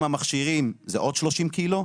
עם המכשירים זה עוד 30 קילו.